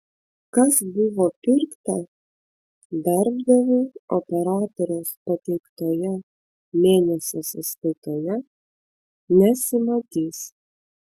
kas buvo pirkta darbdaviui operatoriaus pateiktoje mėnesio sąskaitoje nesimatys